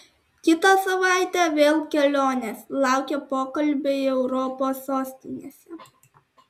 kitą savaitę vėl kelionės laukia pokalbiai europos sostinėse